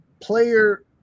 player